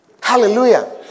Hallelujah